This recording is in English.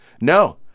No